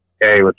Hey